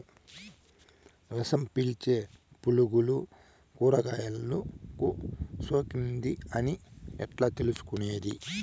రసం పీల్చే పులుగులు కూరగాయలు కు సోకింది అని ఎట్లా తెలుసుకునేది?